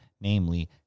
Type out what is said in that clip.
namely